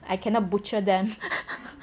I cannot butcher them